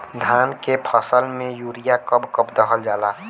धान के फसल में यूरिया कब कब दहल जाला?